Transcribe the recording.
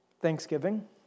Thanksgiving